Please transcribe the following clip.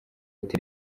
ati